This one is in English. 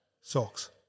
Socks